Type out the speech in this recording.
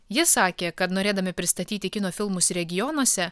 jis sakė kad norėdami pristatyti kino filmus regionuose